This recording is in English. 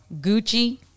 Gucci